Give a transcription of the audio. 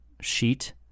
sheet